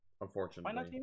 unfortunately